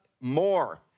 more